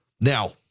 Now